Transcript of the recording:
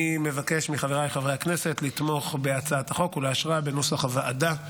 אני מבקש מחבריי חברי הכנסת לתמוך בהצעת החוק ולאשרה בנוסח הוועדה.